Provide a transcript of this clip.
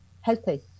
healthy